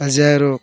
హజారో